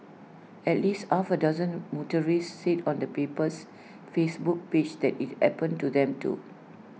at least half A dozen motorists said on the paper's Facebook page that IT happened to them too